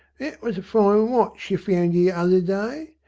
was a fine watch you found the other day.